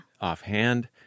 offhand